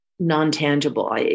non-tangible